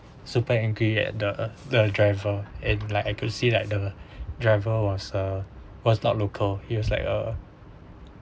super angry at the the driver and like I could see like the driver was uh was not local he was like a